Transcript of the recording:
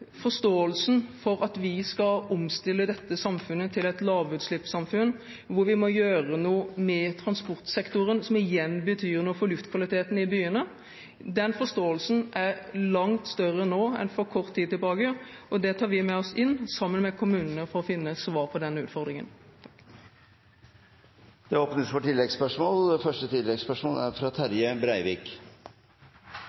Forståelsen for at vi skal omstille dette samfunnet til et lavutslippssamfunn, hvor vi må gjøre noe med transportsektoren, som igjen betyr noe for luftkvaliteten i byene, er langt større nå enn for kort tid tilbake, og det tar vi med oss, sammen med kommunene, for å finne svar på denne utfordringen. Det åpnes for oppfølgingsspørsmål – først Terje Breivik. Som stortingsrepresentant frå Hordaland og Bergen er